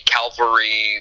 Calvary